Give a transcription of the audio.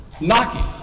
knocking